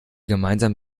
gemeinsam